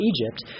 Egypt